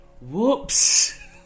Whoops